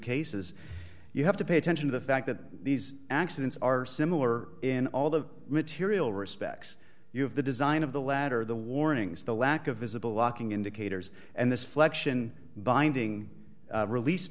cases you have to pay attention to the fact that these accidents are similar in all the material respects you have the design of the ladder the warnings the lack of visible locking indicators and this flexion binding release